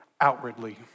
outwardly